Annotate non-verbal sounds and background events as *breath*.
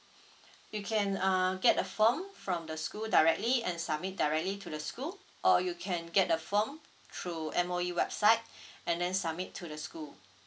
*breath* you can uh get a form from the school directly and submit directly to the school or you can get a form through M_O_E website *breath* and then submit to the school